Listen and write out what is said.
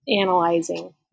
analyzing